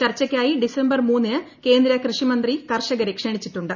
ചർച്ചയ്ക്കായി ഡിസംബർ മൂന്നിന് കേന്ദ്ര കൃഷിമന്ത്രി കർഷരെ ക്ഷണിച്ചിട്ടുണ്ട്